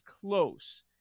close